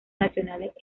nacionales